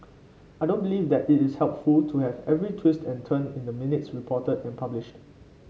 I don't believe that it is helpful to have every twist and turn in the minutes reported and published